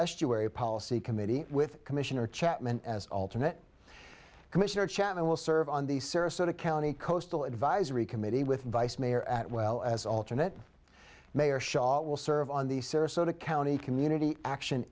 national policy committee with commissioner chapman as alternate commissioner chan i will serve on the sarasota county coastal advisory committee with vice mayor at well as alternate mayor shot will serve on the sarasota county community action